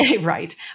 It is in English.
right